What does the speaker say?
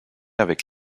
avec